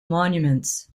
monuments